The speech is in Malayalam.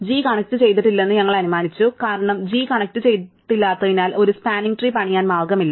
g കണക്റ്റുചെയ്തിട്ടില്ലെന്ന് ഞങ്ങൾ അനുമാനിച്ചു കാരണം g കണക്റ്റുചെയ്തിട്ടില്ലാത്തതിനാൽ ഒരു സ്പാനിങ് ട്രീ പണിയാൻ മാർഗമില്ല